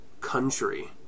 country